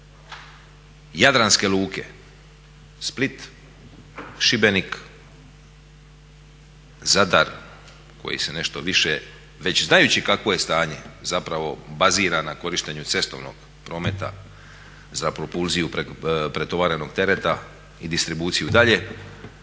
Jadranske luke Split, Šibenik, Zadar koji se nešto više znajući kakvo je stanje zapravo bazira na korištenju cestovnog prometa za propulziju pretovarenog tereta i distribuciju dalje.